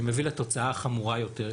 שמביא לתוצאה החמורה-יותר,